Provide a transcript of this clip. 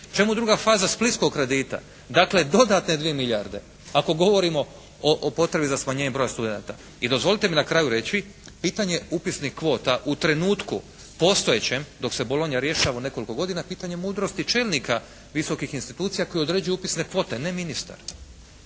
Čemu druga faza splitskog kredita? Dakle dodatne 2 milijarde. Ako govorimo o potrebi za smanjenje broja studenata. I dozvolite mi na kraju reći. Pitanje upisnih kvota u trenutku postojećem dok se Bolonja rješava u nekoliko godina je pitanje mudrosti čelnika visokih institucija koji određuju upisne kvote, a ne ministar.